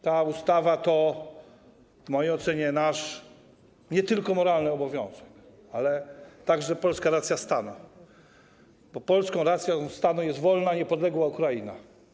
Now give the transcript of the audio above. Ta ustawa w mojej ocenie to nie tylko nasz moralny obowiązek, ale to także polska racja stanu, bo polską racją stanu jest wolna, niepodległa Ukraina.